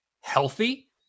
healthy